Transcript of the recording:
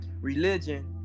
religion